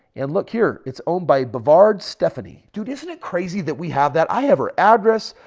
and look here. it's owned by bavard stephanie. dude, isn't it crazy that we have. that i ever address,